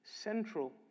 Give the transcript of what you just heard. central